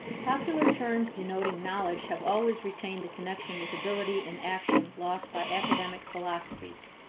popular terms denoting knowledge have always retained the connection with ability in action lost by academic philosophies.